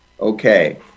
Okay